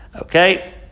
Okay